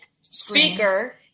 speaker